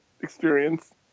experience